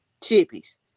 Chippies